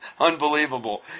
Unbelievable